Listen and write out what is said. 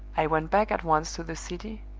i went back at once to the city,